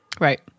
Right